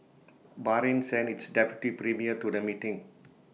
Bahrain sent its deputy premier to the meeting